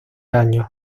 años